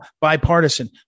bipartisan